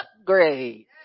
upgrade